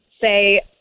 say